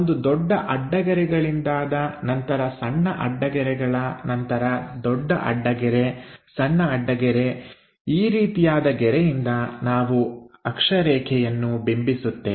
ಒಂದು ದೊಡ್ಡ ಅಡ್ಡಗೆರೆಗಳಿಂದಾದ ನಂತರ ಸಣ್ಣ ಅಡ್ಡಗೆರೆಗಳ ನಂತರ ದೊಡ್ಡ ಅಡ್ಡಗೆರೆ ಸಣ್ಣ ಅಡ್ಡಗೆರೆಈ ರೀತಿಯಾದ ಗೆರೆಯಿಂದ ನಾವು ಅಕ್ಷರೇಖೆಯನ್ನು ಬಿಂಬಿಸುತ್ತೇವೆ